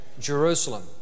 Jerusalem